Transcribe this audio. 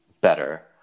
better